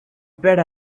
bet